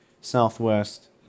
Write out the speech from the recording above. southwest